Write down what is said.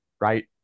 right